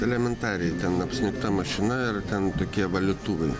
elementariai ten apsnigta mašina ir ten tokie valytuvai